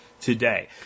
Today